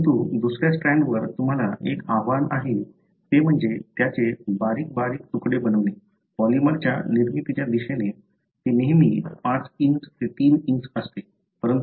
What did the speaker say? परंतु दुसऱ्या स्ट्रँडवर तुम्हाला एक आव्हान आहे ते म्हणजे त्याचे बारीक बारीक तुकडे बनवणे पॉलिमरच्या निर्मितीच्या दिशेने ते नेहमी 5 ते 3 असते